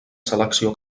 selecció